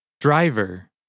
Driver